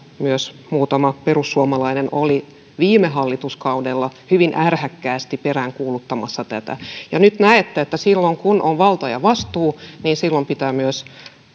myös muutama perussuomalainen olivat viime hallituskaudella hyvin ärhäkkäästi peräänkuuluttamassa tätä nyt näette että kun on valta ja vastuu niin silloin pitää myös